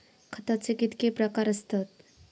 खताचे कितके प्रकार असतत?